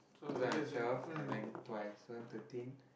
two thousand and twelve I went twice two thousand and thirteen